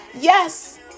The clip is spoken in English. Yes